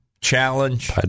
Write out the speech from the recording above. Challenge